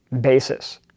basis